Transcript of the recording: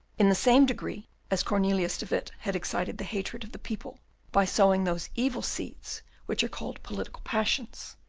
in the same degree as cornelius de witt had excited the hatred of the people by sowing those evil seeds which are called political passions,